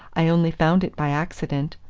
i only found it by accident.